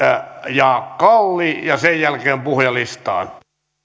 ja kalli ja sen jälkeen puhujalistaan